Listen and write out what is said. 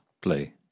play